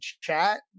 chat